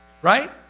right